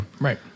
right